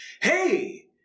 Hey